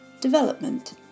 Development